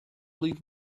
leave